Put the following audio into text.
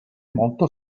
molto